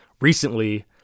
recently